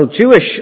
Jewish